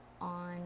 on